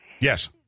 Yes